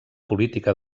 política